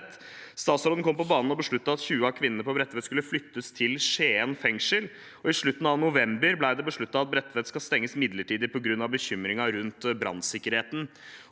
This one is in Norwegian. Statsråden kom på banen og besluttet at 20 av kvinnene på Bredtveit skulle flyttes til Skien fengsel. I slutten av november ble det besluttet at Bredtveit skal stenges midlertidig på grunn av bekymring rundt brannsikkerheten.